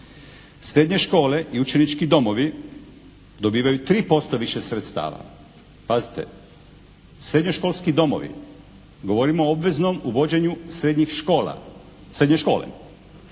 Srednje škole i učenički domovi dobivaju 3% više sredstava. Pazite! Srednjoškolski domovi, govorimo o obveznom uvođenju srednjih škola,